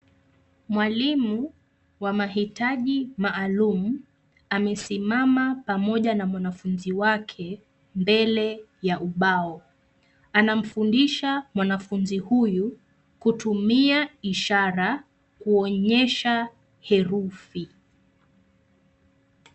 Mwalimu wa mahitaji maalum amesimama pamoja na mwanafunzi wake mbele ya ubao . Anamfundisha mwanafunzi huyu kutumia ishara kuonyesha herufi.